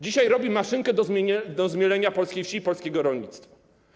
Dzisiaj robi maszynkę do zmielenia polskiej wsi i polskiego rolnictwa.